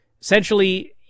Essentially